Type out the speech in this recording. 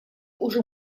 уже